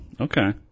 Okay